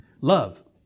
Love